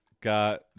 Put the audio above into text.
got